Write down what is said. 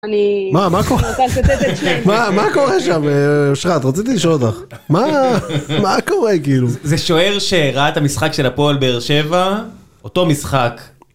מה מה קורה שם שאת רוציתי לשאול אותך מה קורה כאילו זה שוער שירת המשחק של הפועל בר שבע אותו משחק.